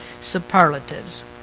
superlatives